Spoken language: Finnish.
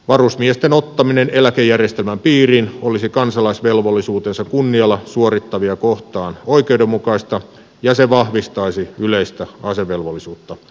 varusmiesten ottaminen eläkejärjestelmän piiriin olisi kansalaisvelvollisuutensa kunnialla suorittavia kohtaan oikeudenmukaista ja se vahvistaisi yleistä asevelvollisuutta